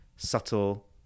subtle